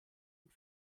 und